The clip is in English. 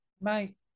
Mate